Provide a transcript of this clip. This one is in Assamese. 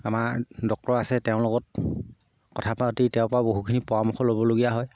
আমাৰ ডক্টৰ আছে তেওঁৰ লগত কথা পাতি তেওঁৰপৰা বহুখিনি পৰামৰ্শ ল'বলগীয়া হয়